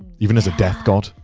even as a death god?